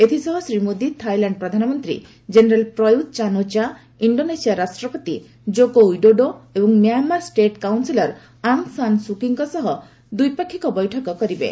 ଏଥିସହ ଶ୍ରୀ ମୋଦୀ ଥାଇଲାଣ୍ଡ ପ୍ରଧାନମନ୍ତ୍ରୀ General Prayut Chan o cha Indonesia ରାଷ୍ଟ୍ରପତି ଜୋକେ ୱିଡୋଡୋ ଓ Myanmar state counsellor Aung San Suu କିଙ୍କ ସହ ଦ୍ୱିପାକ୍ଷିକ ବୈଠକ କରିବେ